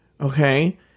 Okay